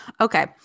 Okay